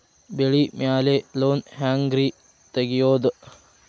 ಬೆಳಿ ಮ್ಯಾಲೆ ಲೋನ್ ಹ್ಯಾಂಗ್ ರಿ ತೆಗಿಯೋದ?